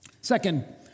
Second